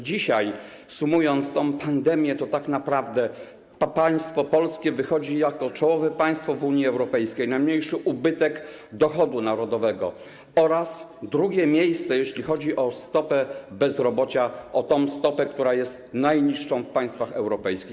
Dzisiaj, sumując tę pandemię, to tak naprawdę państwo polskie wychodzi z tej sytuacji jako czołowe państwo w Unii Europejskiej: najmniejszy ubytek dochodu narodowego oraz drugie miejsce, jeśli chodzi o stopę bezrobocia, o tę stopę, która jest najniższa w państwach europejskich.